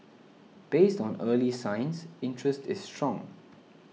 based on early signs interest is strong